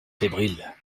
fébriles